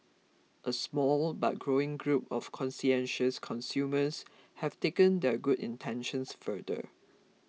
a small but growing group of conscientious consumers have taken their good intentions further